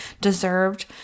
deserved